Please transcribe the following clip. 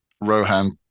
Rohan